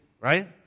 Right